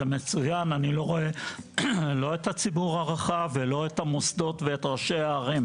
זה מצוין אני לא רואה לא את הציבור הרחב ולא את המוסדות ואת ראשי הערים.